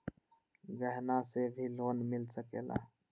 गहना से भी लोने मिल सकेला?